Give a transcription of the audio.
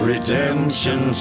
Redemption